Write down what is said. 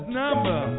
number